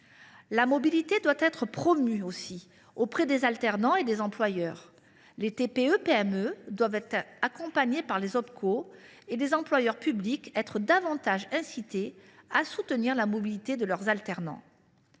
la mobilité doit être promue auprès des alternants et des employeurs. Les TPE PME doivent être accompagnées par les Opco et les employeurs publics davantage incités à soutenir ces échanges.